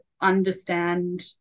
understand